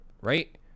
right